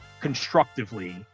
constructively